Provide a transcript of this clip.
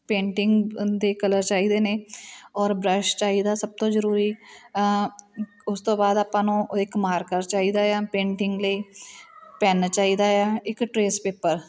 painting ਦੇ colour ਚਾਹੀਦੇ ਨੇ ਔਰ ਬਰੱਸ਼ ਚਾਹੀਦਾ ਸਭ ਤੋਂ ਜਰੂਰੀ ਉਸ ਤੋਂ ਬਾਅਦ ਆਪਾਂ ਨੂੰ ਇੱਕ ਮਾਰਕਰ ਚਾਹੀਦਾ ਏ ਆ ਪੇਂਟਿੰਗ ਲਈ ਪੈੱਨ ਚਾਹੀਦਾ ਆ ਇੱਕ ਟਰੇਸ ਪੇਪਰ